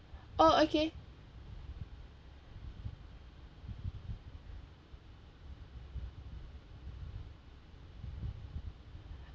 oh okay